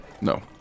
No